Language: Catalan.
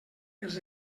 els